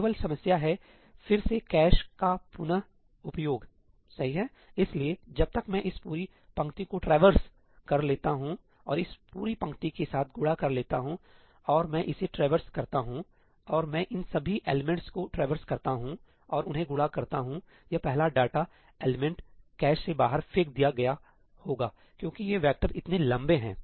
तो केवल समस्या है फिर से कैश का पुन उपयोग सही हैइसलिए जब तक मैं इस पूरी पंक्ति को ट्रैवरस कर लेता हूं और इस पूरी पंक्ति के साथ गुणा कर लेता हूंऔर मैं इसे ट्रैवरस करता हूं और मैं इन सभी एलिमेंट्स को ट्रैवरसकरता हूं और उन्हें गुणा करता हूंयह पहला डेटा एलिमेंट कैश से बाहर फेंक दिया गया होगा क्योंकि ये वैक्टर इतने लंबे हैं